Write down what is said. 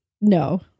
no